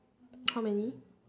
how many